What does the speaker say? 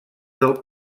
del